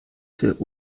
für